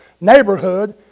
neighborhood